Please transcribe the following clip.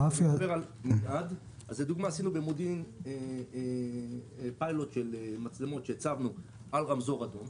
במודיעין עשינו פיילוט של מצלמות שהצבנו על רמזור אדום.